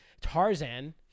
Tarzan